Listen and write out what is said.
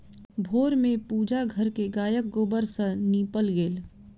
भोर में पूजा घर के गायक गोबर सॅ नीपल गेल